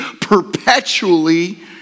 perpetually